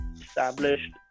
established